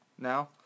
now